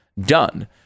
done